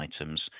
items